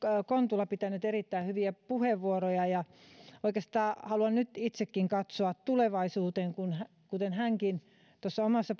kontula pitänyt erittäin hyviä puheenvuoroja ja oikeastaan haluan nyt itsekin katsoa tulevaisuuteen kuten hänkin tuossa omassa